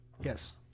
Yes